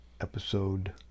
episode